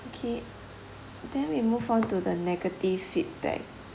okay then we move on to the negative feedback